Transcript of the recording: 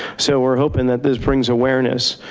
so we're hoping that this brings awareness.